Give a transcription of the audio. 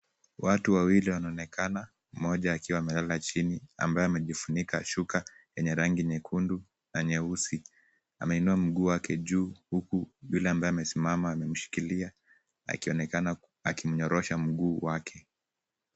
Watu wawili wanaonekana, mmoja akiwa amelala chini ambaye amejifunika shuka enye rangi nyekundu na nyeusi. Ameinua mguu wake juu huku yule ambaye amesimama amemshikilia akionekana akimnyorosha mguu wake.